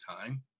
time